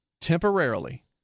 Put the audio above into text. temporarily